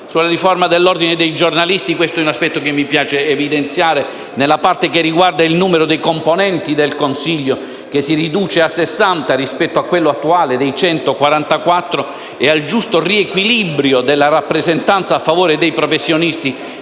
Sulla riforma dell'Ordine dei giornalisti - si tratta di un aspetto che mi piace evidenziare - nella parte riguardante il numero dei componenti del Consiglio, che si riduce a 60 rispetto a quello attuale di 144, e il giusto riequilibrio della rappresentanza a favore dei professionisti,